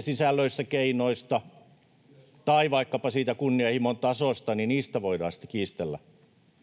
Sisällöistä, keinoista tai vaikkapa siitä kunnianhimon tasosta voidaan sitten kiistellä,